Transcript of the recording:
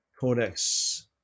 Codex